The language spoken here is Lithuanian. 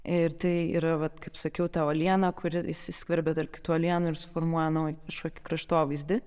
ir tai yra vat kaip sakiau ta uoliena kuri įsiskverbia tarp kitų uolienų ir suformuoja naują kažkokį kraštovaizdį